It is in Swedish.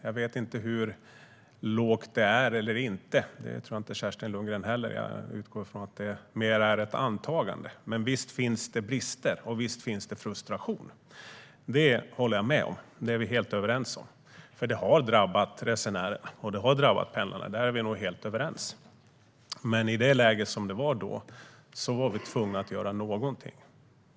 Jag vet inte hur lågt det är eller om det är det - det tror jag inte att Kerstin Lundgren heller gör, utan jag utgår från att det är mer av ett antagande. Men visst finns det brister, och visst finns det frustration. Det håller jag med om. Det är vi helt överens om, för det har drabbat resenärerna och pendlarna. Där är vi helt överens. Men i det läget var vi tvungna att göra någonting.